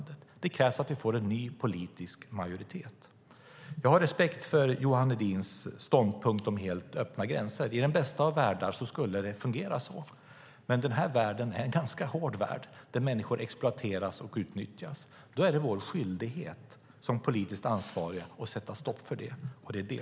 Det krävs att vi får en ny politisk majoritet. Jag har respekt för Johan Hedins ståndpunkt om helt öppna gränser. I den bästa av världar skulle det fungera, men den här världen är en ganska hård värld där människor exploateras och utnyttjas. Det är vår skyldighet som politiskt ansvariga att sätta stopp för det.